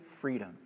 freedom